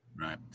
Right